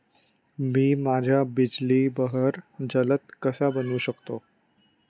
मी माझ्या बिजली बहर जलद कसा बनवू शकतो?